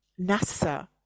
NASA